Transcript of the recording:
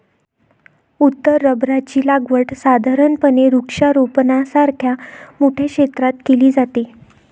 उत्तर रबराची लागवड साधारणपणे वृक्षारोपणासारख्या मोठ्या क्षेत्रात केली जाते